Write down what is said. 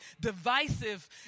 divisive